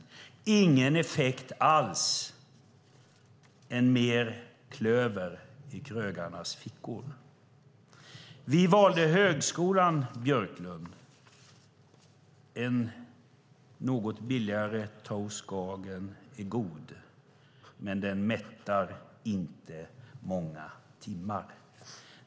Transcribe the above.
Man påvisar ingen effekt alls utom mer klöver i krögarnas fickor. Vi valde högskolan, Björklund. En något billigare toast Skagen är god, men den mättar inte många timmar.